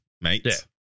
mates